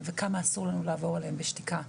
וכמה אסור לנו לעבור עליהם בשתיקה.